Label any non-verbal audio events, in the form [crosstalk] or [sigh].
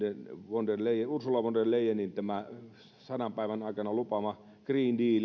uuden ursula von der leyenin sadan päivän aikana lupaama green deal [unintelligible]